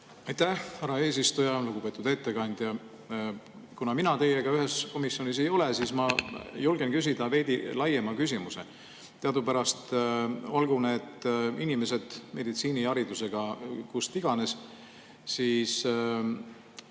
Aitäh, härra eesistuja! Lugupeetud ettekandja! Kuna mina teiega ühes komisjonis ei ole, siis julgen küsida veidi laiema küsimuse. Teadupärast olgu need meditsiiniharidusega inimesed kust iganes, on